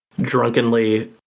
drunkenly